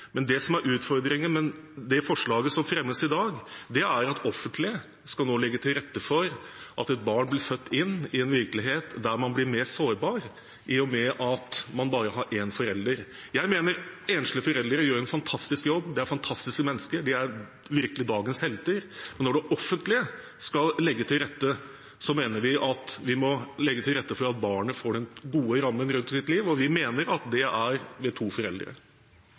Men det som er utfordringen med det forslaget som fremmes i dag, er at det offentlige nå skal legge til rette for at et barn blir født inn i en virkelighet der man blir mer sårbar, i og med at man bare har én forelder. Jeg mener at enslige foreldre gjør en fantastisk jobb, det er fantastiske mennesker, de er virkelig dagens helter. Men når det offentlige skal legge til rette, mener vi at vi må legge til rette for at barnet får den gode rammen rundt sitt liv, og vi mener at det er med to foreldre.